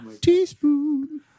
Teaspoon